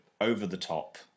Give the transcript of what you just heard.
over-the-top